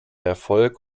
erfolg